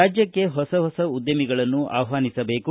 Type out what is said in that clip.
ರಾಜ್ಯಕ್ಷೆ ಹೊಸ ಹೊಸ ಉದ್ಯಮಿಗಳನ್ನು ಆಹ್ವಾನಿಸಬೇಕು